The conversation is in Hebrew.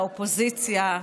לאופוזיציה,